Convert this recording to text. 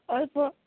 ଅଳ୍ପ